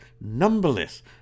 numberless